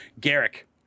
Garrick